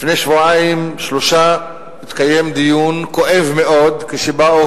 לפני שבועיים-שלושה התקיים דיון כואב מאוד כשבאו